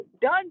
done